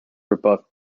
rebuffed